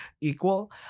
equal